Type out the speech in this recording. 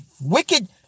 wicked